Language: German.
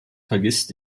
vergisst